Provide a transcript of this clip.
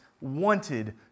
wanted